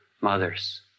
mothers